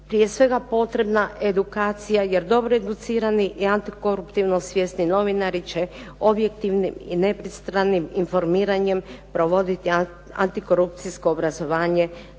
prije svega potrebna edukacija, jer dobro educirani i antikoruptivno svijeni novinari će objektivnim i nepristranim informiranjem provoditi antikorupcijsko obrazovanje